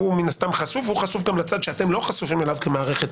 והוא מן הסתם חשוף והוא חשוף גם לצד שאתם לא חשופים אליו כמערכת,